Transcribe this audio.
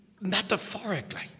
metaphorically